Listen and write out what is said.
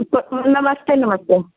प नमस्ते नमस्ते